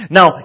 Now